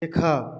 এখা